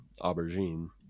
aubergine